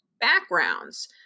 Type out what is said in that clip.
backgrounds